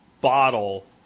bottle